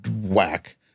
whack